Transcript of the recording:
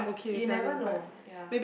you never know ya